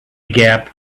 gap